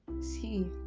see